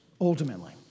ultimately